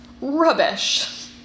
Rubbish